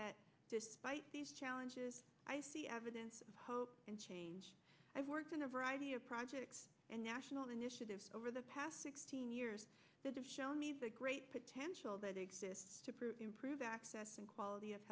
that despite these challenges i see evidence of hope and change i've worked in a variety of projects and national initiative over the past sixteen years that show me the great potential that exists to improve access and quality of